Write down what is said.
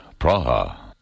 Praha